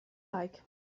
like